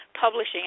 publishing